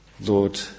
Lord